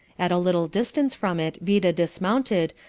at a little distance from it vida dismounted,